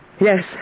Yes